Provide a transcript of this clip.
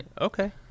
Okay